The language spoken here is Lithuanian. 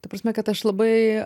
ta prasme kad aš labai